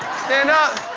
stand up.